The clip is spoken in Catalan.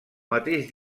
mateix